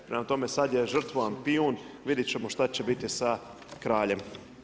Prema tome, sada je žrtvovan pijun, vidjeti ćemo šta će biti sa kraljem.